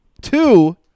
Two